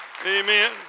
amen